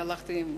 הלכתי עם הפלאפון.